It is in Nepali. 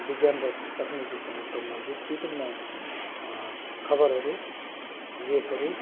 विज्ञान र तक्निकीसँग सम्बन्धित विभिन्न खबरहरू लेखहरू